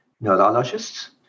neurologists